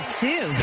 two